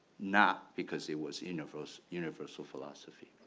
not because it was universe universal philosophy.